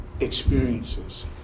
experiences